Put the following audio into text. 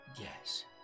Yes